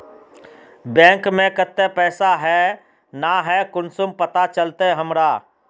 Bank में केते पैसा है ना है कुंसम पता चलते हमरा?